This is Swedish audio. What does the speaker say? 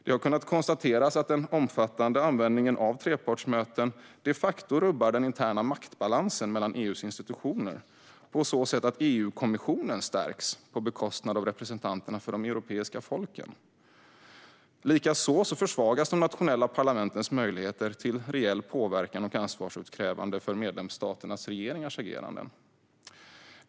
Det har kunnat konstateras att den omfattande användningen av trepartsmöten de facto rubbar den interna maktbalansen mellan EU:s institutioner på så sätt att EU-kommissionen stärks på bekostnad av representanterna för de europeiska folken. Likaså försvagas de nationella parlamentens möjligheter till reell påverkan på och ansvarsutkrävande av medlemsstaternas regeringars ageranden.